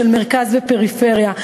של מרכז ופריפריה,